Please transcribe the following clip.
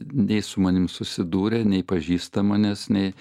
nei su manim susidūrę nei pažįsta manęs nei